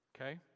Okay